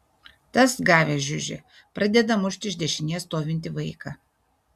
tas gavęs žiužį pradeda mušti iš dešinės stovintį vaiką